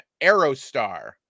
Aerostar